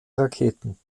raketen